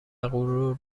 غرور